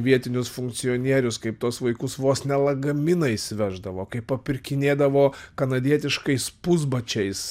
vietinius funkcionierius kaip tuos vaikus vos ne lagaminais veždavo kaip papirkinėdavo kanadietiškais pusbačiais